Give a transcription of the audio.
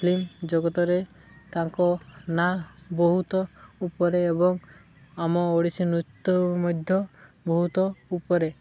film ଜଗତରେ ତାଙ୍କ ନାଁ ବହୁତ ଉପରେ ଏବଂ ଆମ ଓଡ଼ିଶୀ ନୃତ୍ୟ ମଧ୍ୟ ବହୁତ ଉପରେ